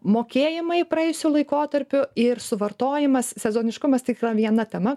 mokėjimai praėjusiu laikotarpiu ir suvartojimas sezoniškumas tik viena tema